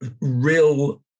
real